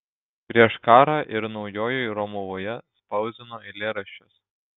prieš karą ir naujojoj romuvoje spausdino eilėraščius